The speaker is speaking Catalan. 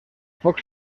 foc